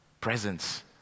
presence